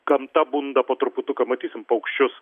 gamta bunda po truputuką matysim paukščius